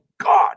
God